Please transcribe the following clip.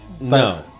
No